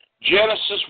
Genesis